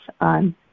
on